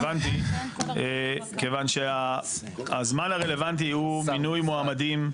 כיוון שהזמן הרלוונטי הוא מינוי מועמדים.